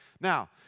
Now